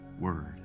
word